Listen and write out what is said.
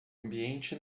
ambiente